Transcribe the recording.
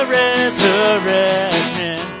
resurrection